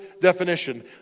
definition